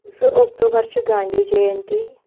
زٕ اکتوٗبر چھُ گاندی جٮ۪ینتی